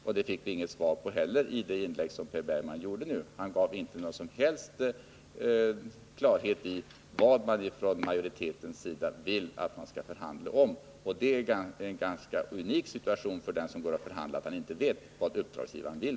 Per Bergmans inlägg gav inte heller något besked på den punkten. Han spred ingen som helst klarhet i frågan om vad utskottsmajoriteten vill att regeringen skall förhandla om. Det är en unik situation för den som får i uppdrag att förhandla att han inte vet vad uppdragsgivaren vill.